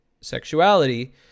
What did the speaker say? sexuality